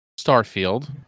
starfield